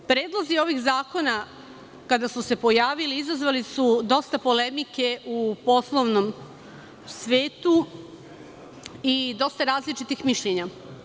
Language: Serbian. Predlozi ovih zakona kada su se pojavili, izazvali su dosta polemike u poslovnom svetu i dosta je različitih mišljenja.